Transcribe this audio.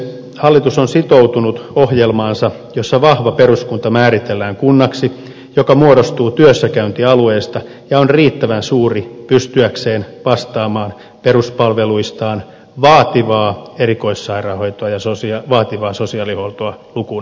hallitus on sitoutunut ohjelmaansa jossa vahva peruskunta määritellään kunnaksi joka muodostuu työssäkäyntialueesta ja on riittävän suuri pystyäkseen vastaamaan peruspalveluistaan vaativaa erikoissairaanhoitoa ja vaativaa sosiaalihuoltoa lukuun ottamatta